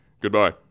Goodbye